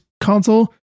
console